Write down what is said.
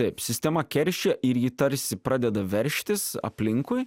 taip sistema keršija ir ji tarsi pradeda veržtis aplinkui